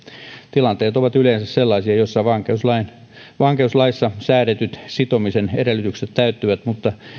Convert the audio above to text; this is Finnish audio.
tilanteet ovat yleensä sellaisia joissa vankeuslaissa säädetyt sitomisen edellytykset täyttyvät mutta